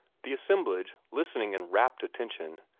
the assemblage, listening in rapt attention,